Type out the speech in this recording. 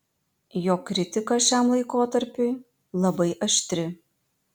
jo kritika šiam laikotarpiui labai aštri